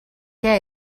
què